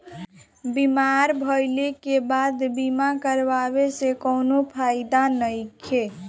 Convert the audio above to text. बीमार भइले के बाद बीमा करावे से कउनो फायदा नइखे